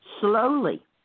Slowly